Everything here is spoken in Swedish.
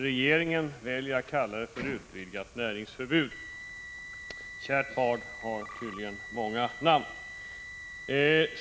Regeringen väljer att kalla det för utvidgat näringsförbud. Kärt barn har många namn -— tydligen.